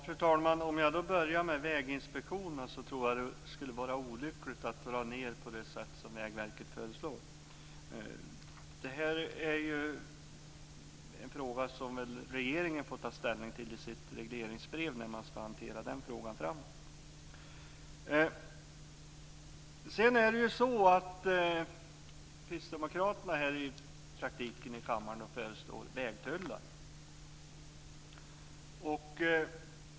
Fru talman! Om jag då börjar med väginspektionerna tror jag att det skulle vara olyckligt att dra ned på dessa på det sätt som Vägverket föreslår. Det här är ju en fråga som väl regeringen får ta ställning till i sitt regleringsbrev när man ska hantera den frågan framöver. Sedan är det ju så att kristdemokraterna här i praktiken i kammaren föreslår vägtullar.